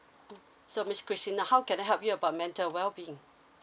so miss christina how can I help you about mental well being